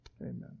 Amen